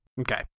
Okay